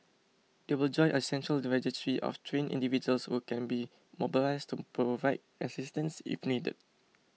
they will then join a central registry of trained individuals who can be mobilised to provide assistance if needed